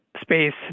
space